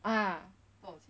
ah